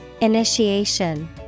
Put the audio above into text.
Initiation